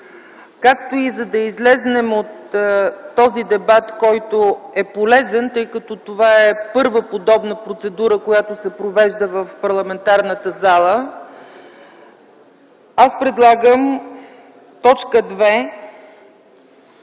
както и за да излезем от този дебат, който е полезен, тъй като това е първа подобна процедура, която се провежда в парламентарната зала, аз предлагам т. 2